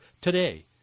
today